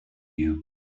you